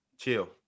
Chill